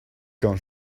quand